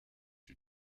you